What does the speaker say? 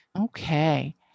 Okay